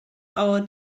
our